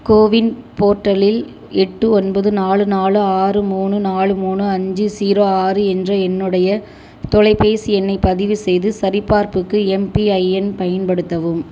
CoWIN போர்ட்டலில் எட்டு ஒன்பது நாலு நாலு ஆறு மூணு நாலு மூணு அஞ்சு ஸீரோ ஆறு என்ற என்னுடைய தொலைபேசி எண்ணைப் பதிவு செய்து சரிபார்ப்புக்கு எம்பிஐஎன் பயன்படுத்தவும்